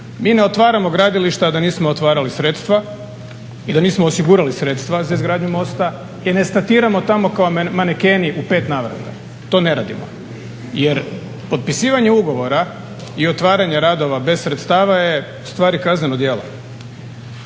Mi ne otvaramo gradilišta, a da nismo otvarali sredstva i da nismo osigurali sredstva za izgradnju mosta i ne statiramo tamo kao manekeni u 5 navrata. To ne radimo. Jer potpisivanje ugovora i otvaranje radova bez sredstava je u stvari kazneno djelo.